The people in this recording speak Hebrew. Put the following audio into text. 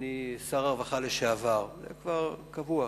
אני שר הרווחה לשעבר וזה קבוע,